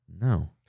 No